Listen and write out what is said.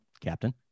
captain